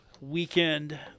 weekend